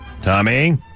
Tommy